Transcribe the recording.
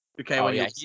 Okay